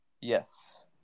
Yes